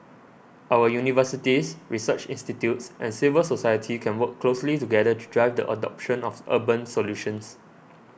our universities research institutes and civil society can work closely together to drive the adoption of urban solutions